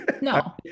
No